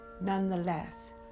Nonetheless